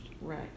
Right